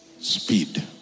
speed